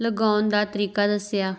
ਲਗਾਉਣ ਦਾ ਤਰੀਕਾ ਦੱਸਿਆ